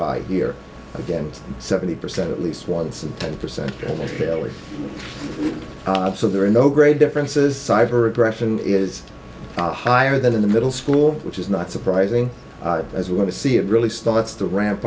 high here again seventy percent at least once and ten percent of killers so there are no great differences cyber aggression is higher than in the middle school which is not surprising as we're going to see it really starts to ra